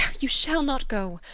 you shall not go.